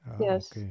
Yes